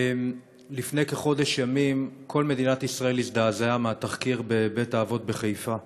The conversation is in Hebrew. לפני כחודש ימים כל מדינת ישראל הזדעזעה מהתחקיר בבית-האבות בחיפה.